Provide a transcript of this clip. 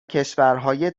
کشورهای